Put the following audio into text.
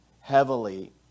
heavily